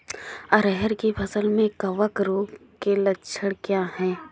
अरहर की फसल में कवक रोग के लक्षण क्या है?